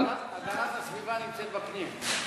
אבל --- הגנת הסביבה נמצאת בַפְּנים.